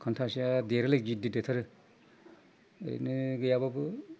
खान्थासिया देरोलै गिदिर देरथारो ओरैनो गैयाब्लाबो